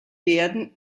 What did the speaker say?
werden